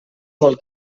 vol